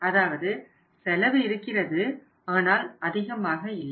அதாவது செலவு இருக்கிறது ஆனால் அதிகமாக இல்லை